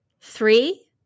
Three